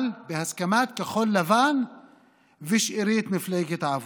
אבל בהסכמת כחול לבן ושארית מפלגת העבודה.